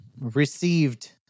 Received